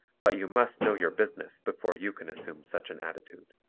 but you must know your business before you can assume such an attitude.